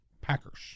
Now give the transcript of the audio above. Packers